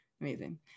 Amazing